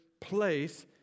place